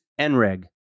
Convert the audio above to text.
NREG